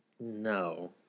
No